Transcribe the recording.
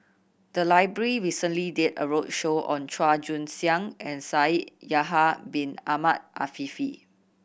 the library recently did a roadshow on Chua Joon Siang and Shaikh Yahya Bin Ahmed Afifi